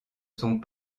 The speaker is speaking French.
sont